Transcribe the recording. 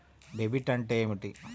Debit అంటే ఏమిటి?